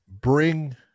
bring